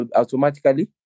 automatically